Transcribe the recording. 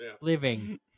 living